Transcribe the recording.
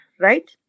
right